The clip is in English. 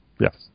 Yes